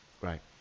Right